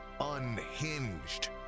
Unhinged